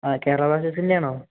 ആ കേരളാ ബ്ലാസ്റ്റേഴ്സിൻ്റെയാണോ